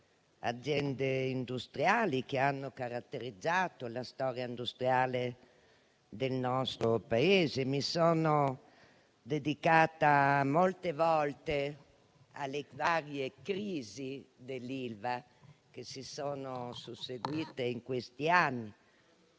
aziende che hanno caratterizzato la storia industriale del nostro Paese. Mi sono dedicata molte volte alle sue varie crisi che si sono susseguite in questi anni;